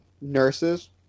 nurses